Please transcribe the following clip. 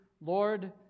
Lord